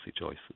choices